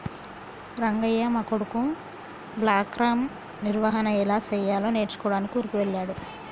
రంగయ్య మా కొడుకు బ్లాక్గ్రామ్ నిర్వహన ఎలా సెయ్యాలో నేర్చుకోడానికి ఊరికి వెళ్ళాడు